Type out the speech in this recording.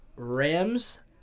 Rams